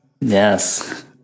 Yes